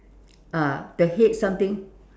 ah the head something